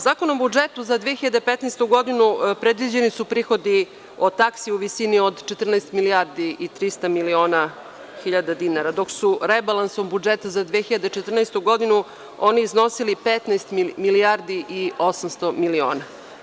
Zakonom o budžetu za 2015. godinu predviđeni su prihodi od taksi u visini od 14 milijardi i 300 miliona hiljada dinara, dok su rebalansom budžeta za 2014. godinu oni iznosili 15 milijardi i 800 miliona.